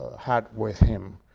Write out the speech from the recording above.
had with him.